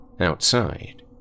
outside